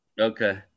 Okay